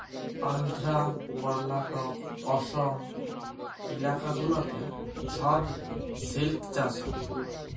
আল্ধ্রা, কর্লাটক, অসম ইলাকা গুলাতে ছব সিল্ক চাষ হ্যয়